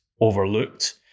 overlooked